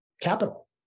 capital